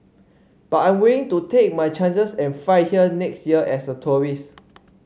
but I'm willing to take my chances and fly here next year as a tourist